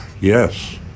Yes